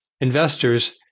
investors